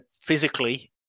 physically